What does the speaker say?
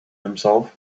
himself